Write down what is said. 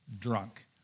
drunk